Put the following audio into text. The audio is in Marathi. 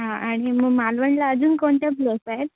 हां आणि मग मालवणला अजून कोणत्या प्लस आहेत